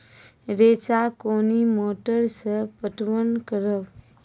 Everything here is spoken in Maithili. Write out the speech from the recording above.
रेचा कोनी मोटर सऽ पटवन करव?